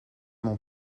mon